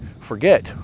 forget